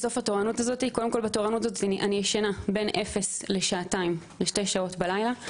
בתורנות הזאת אני ישנה בין אפס ל-6 שעות בלילה,